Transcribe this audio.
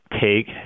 take